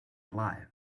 alive